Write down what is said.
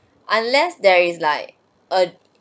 unless there is like a